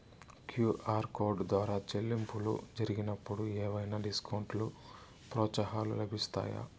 QR code ద్వారా చెల్లింపులు జరిగినప్పుడు ఏవైనా డిస్కౌంట్ లు, ప్రోత్సాహకాలు లభిస్తాయా?